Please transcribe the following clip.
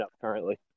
currently